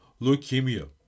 leukemia